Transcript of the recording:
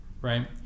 Right